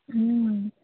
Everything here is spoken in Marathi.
हम्म